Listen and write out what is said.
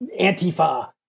Antifa